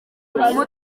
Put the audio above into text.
umwarimu